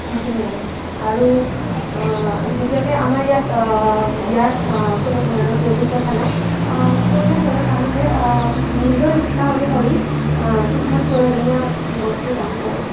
সেইখিনিয়ে আৰু আৰু দ্বিতীয়তে আমাৰ ইয়াত বিয়াত কোনো ধৰণৰ যৌতুক প্ৰথা নাই কইনাঘৰৰ মানুহে নিজৰ ইচ্ছানুসৰি কিছুমান প্ৰয়োজনীয় বস্তু দান কৰে